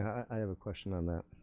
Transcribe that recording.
i have a question on that.